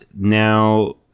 now